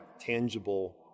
tangible